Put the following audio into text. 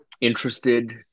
interested